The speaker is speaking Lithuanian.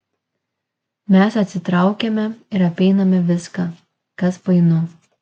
mes atsitraukiame ir apeiname viską kas painu